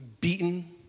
beaten